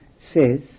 says